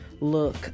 look